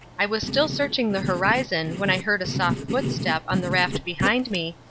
i was still searching the horizon when i heard a soft footstep on the raft behind me,